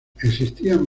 existían